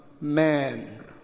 man